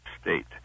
state